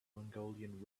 mongolian